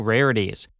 Rarities